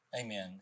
Amen